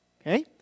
Okay